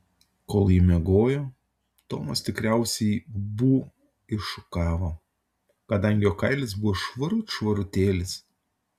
kol ji miegojo tomas tikriausiai bū iššukavo kadangi jo kailis buvo švarut švarutėlis